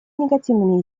негативными